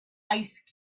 ice